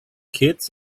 kids